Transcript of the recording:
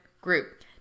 group